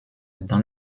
dans